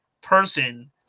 person